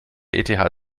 eth